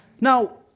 Now